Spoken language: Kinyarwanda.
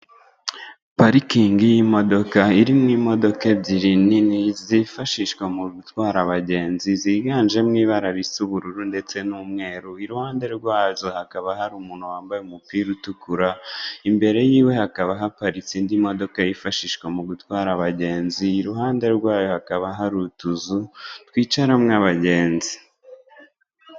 Parikingi y'imodoka irimo imodoka ebyiri nini zifashishwa mu gutwara abagenzi, ziganjemo ibara risa ubururu ndetse n'umweru. I ruhande rwazo hakaba hari umuntu wambaye umupira utukura, imbere yiwe hakaba haparitse indi modoka yifashishwa mu gutwara abagenzi. I ruhande rwayo hakaba hari utuzu twicaramo abagenzi.